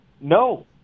no